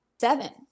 seven